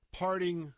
parting